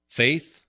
faith